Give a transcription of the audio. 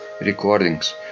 recordings